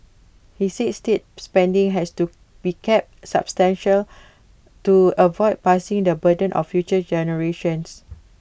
he said state spending has to be kept sustainable to avoid passing the burden of future generations